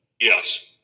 Yes